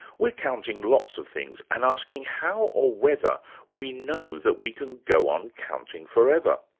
we're counting lots of things, and asking how or whether we know that we can go on counting forever?